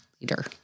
leader